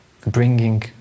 bringing